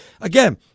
Again